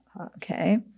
Okay